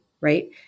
right